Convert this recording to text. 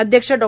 अध्यक्ष डॉ